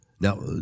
Now